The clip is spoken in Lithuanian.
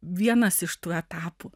vienas iš tų etapų